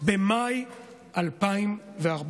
במאי 2014,